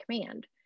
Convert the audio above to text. command